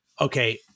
okay